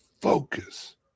focus